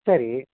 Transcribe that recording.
சரி